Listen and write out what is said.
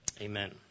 Amen